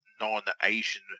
non-Asian